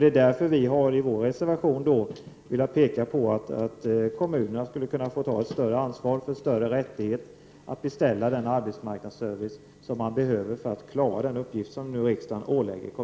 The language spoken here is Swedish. Det är därför som vi i vår reservation framhållit att kommunerna borde ha ett större ansvar och få en större rättighet att beställa den arbetsmarknadsservice som de behöver för att klara den uppgift som nu riksdagen ålägger dem.